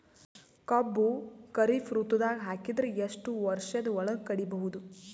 ಕಬ್ಬು ಖರೀಫ್ ಋತುದಾಗ ಹಾಕಿದರ ಎಷ್ಟ ವರ್ಷದ ಒಳಗ ಕಡಿಬಹುದು?